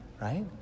right